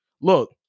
look